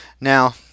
Now